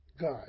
God